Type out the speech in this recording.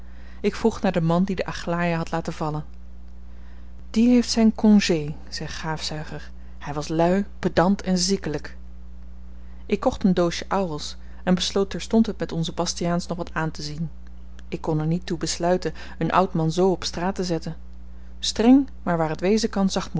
ik vroeg naar den man die de aglaia had laten vallen die heeft zyn congé zei gaafzuiger hy was lui pedant en ziekelyk ik kocht een doosjen ouwels en besloot terstond het met onzen bastiaans nog wat aantezien ik kon er niet toe besluiten een oud man zoo op straat te zetten streng maar waar het wezen kan